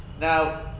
Now